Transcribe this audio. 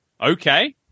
Okay